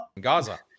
Gaza